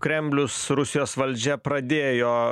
kremlius rusijos valdžia pradėjo